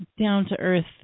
down-to-earth